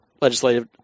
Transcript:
legislative